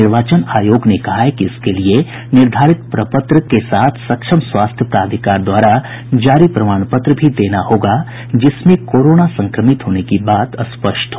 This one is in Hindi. निर्वाचन आयोग ने कहा है कि इसके लिए निर्धारित प्रपत्र के साथ सक्षम स्वास्थ्य प्राधिकार द्वारा जारी प्रमाण पत्र भी देना होगा जिसमें कोरोना संक्रमित होने की बात स्पष्ट हो